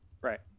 Right